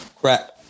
Crap